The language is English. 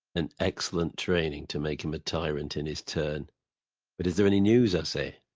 an excellent training to make him a tyrant in his turn but is there any news, i say?